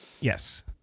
Yes